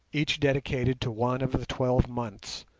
each dedicated to one of the twelve months,